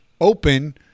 open